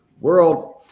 world